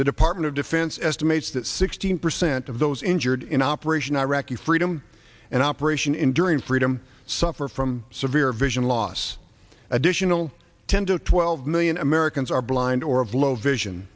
the department of defense estimates that sixteen percent of those injured in operation iraqi freedom and operation enduring freedom suffer from severe vision loss additional ten to twelve million americans are blind or of low vision